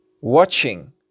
watching